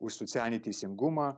už socialinį teisingumą